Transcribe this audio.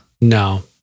No